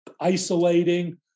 isolating